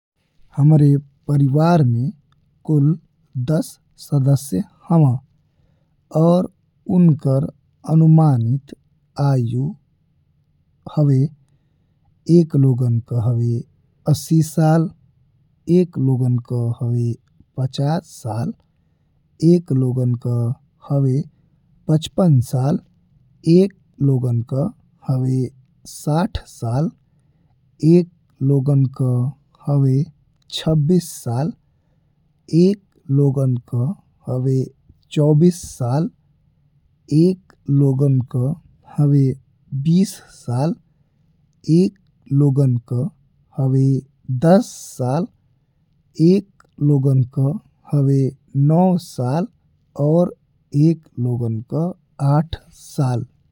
हमरे परिवार में कुल दस सदस्य हवन और उनका अनुमानित आयु हवे एक लोगन का हवे अस्सी साल, एक लोगन का हवे पचास साल, एक लोगन का हवे पचपन साल, एक लोगन का हवे साठ साल, एक लोगन का हवे छब्बीस साल, एक लोगन का हवे चौबीस साल, एक लोगन का हवे बीस साल, एक लोगन का हवे दस साल, एक लोगन का हवे नौ साल और एक लोगन का हवे आठ साल।